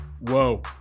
Whoa